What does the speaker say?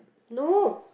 no